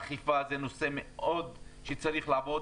אכיפה זה נושא שצריך לעבוד.